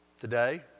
today